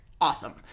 awesome